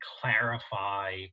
clarify